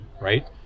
right